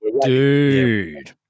dude